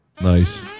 nice